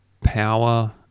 power